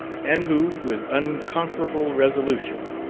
and who, with unconquerable resolution,